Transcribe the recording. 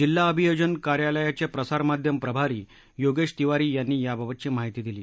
जिल्हा अभियोजन कार्यालयाचे प्रसारमाध्यम प्रभारी योगेश तिवारी यांनी याबाबतची माहिती दिली